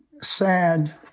sad